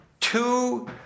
two